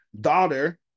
daughter